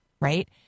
right